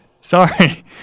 Sorry